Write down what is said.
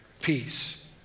peace